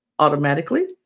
Automatically